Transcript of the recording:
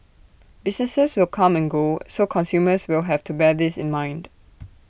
businesses will come and go so consumers will have to bear this in mind